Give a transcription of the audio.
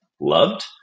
loved